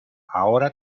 ahora